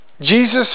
Jesus